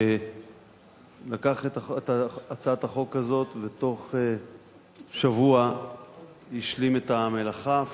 שלקח את הצעת החוק הזאת ובתוך שבוע השלים את המלאכה,